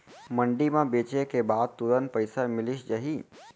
मंडी म बेचे के बाद तुरंत पइसा मिलिस जाही?